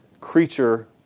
creature